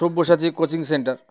Sabyasachi coaching centre